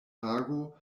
tago